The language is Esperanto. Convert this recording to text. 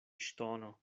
ŝtono